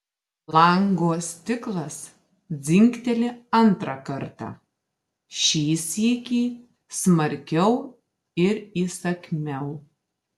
lango stiklas dzingteli antrą kartą šį sykį smarkiau ir įsakmiau